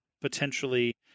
potentially